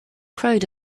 crowd